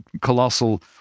colossal